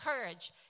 courage